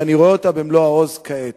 אך אני רואה אותה במלוא העוז כעת.